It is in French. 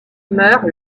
meurt